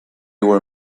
were